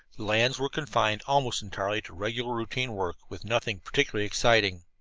lads were confined almost entirely to regular routine work, with nothing particularly exciting.